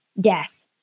death